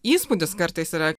įspūdis kartais yra